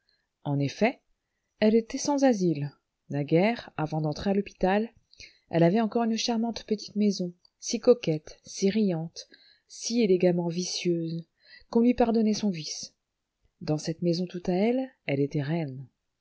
en effet elle était sans asile naguère avant d'entrer à l'hôpital elle avait encore une charmante petite maison si coquette si riante si élégamment vicieuse qu'on lui pardonnait son vice dans cette maison tout à elle elle était reine